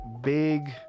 big